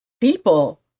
people